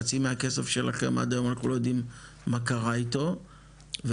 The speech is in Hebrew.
חצי מהכסף שלכם עד היום אנחנו לא יודעים מה קרה איתו וגם